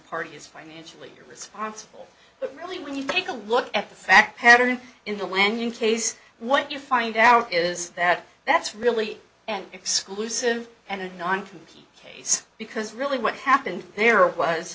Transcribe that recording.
party is financially irresponsible but really when you take a look at the fact pattern in the land in case what you find out is that that's really an exclusive and i'm from keen case because really what happened here was